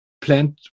plant